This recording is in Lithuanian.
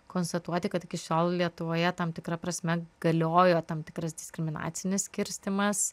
konstatuoti kad iki šiol lietuvoje tam tikra prasme galioja tam tikras diskriminacinis skirstymas